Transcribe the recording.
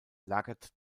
lagert